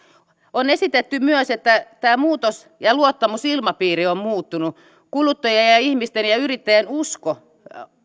on esitetty myös että muutos ja luottamusilmapiiri on muuttunut kuluttajien ja ja ihmisten ja yrittäjien usko